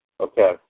Okay